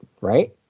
right